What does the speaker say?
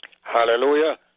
Hallelujah